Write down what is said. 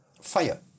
fire